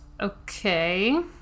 Okay